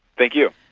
thank you.